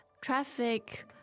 Traffic